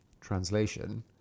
Translation